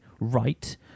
right